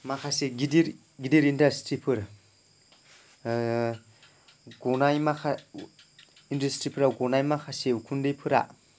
माखासे गिदिर गिदिर इनडास्ट्रिफोर गनाय माखा इनडास्ट्रिसफोराव गनाय माखासे उखुन्दैफोरा